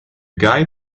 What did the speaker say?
guy